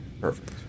Perfect